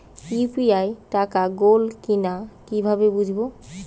UPI টাকা গোল কিনা কিভাবে বুঝব?